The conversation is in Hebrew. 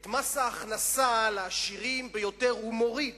את מס ההכנסה לעשירים ביותר הוא מוריד,